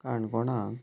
काणकोणांत